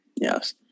Yes